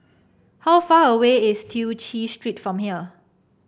how far away is Tew Chew Street from here